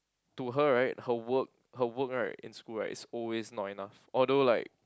to her right her work her work right in school right is always not enough although like